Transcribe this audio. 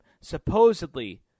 supposedly